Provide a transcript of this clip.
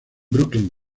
brooklyn